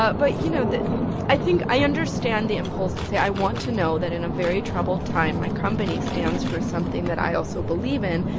but but, you know, the i think i understand the impulse to say, i want to know that, in a very troubled time, my company stands for something that i also believe in.